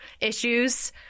issues